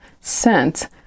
sent